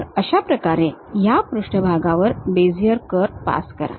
तर अशा प्रकारे या पृष्ठभागावर बेझियर कर्व पास करा